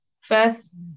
first